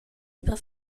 per